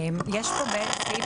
יש פה באמת סעיף